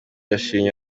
yashimye